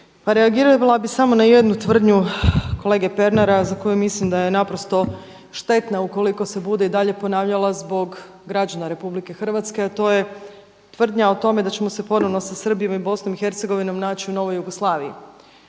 Pa reagirala bih samo na jednu tvrdnju kolege Pernara za koju mislim da je naprosto štetna ukoliko se bude i dalje ponavljala zbog građana Republike Hrvatske, a to je tvrdnja o tome da ćemo se ponovno sa Srbijom i Bosnom i Hercegovinom naći u novoj Jugoslaviji.